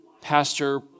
Pastor